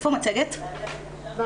בגלל שזו